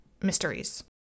mysteries